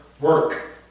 work